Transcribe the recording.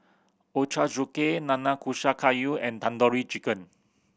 Ochazuke Nanakusa Gayu and Tandoori Chicken